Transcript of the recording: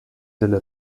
delle